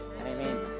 Amen